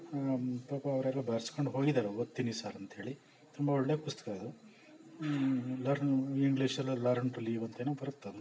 ಪಾಪ ಅವರೆಲ್ಲ ಬರ್ಸ್ಕೊಂಡು ಹೋಗಿದಾರೆ ಓದ್ತೀನಿ ಸರ್ ಅಂತ ಹೇಳಿ ತುಂಬ ಒಳ್ಳೆ ಪುಸ್ತಕ ಅದು ಲರ್ನ್ ಇಂಗ್ಲೀಷಲ್ಲಿ ಲರ್ನ್ ಟು ಲೀವ್ ಅಂತೇನೋ ಬರತ್ತದು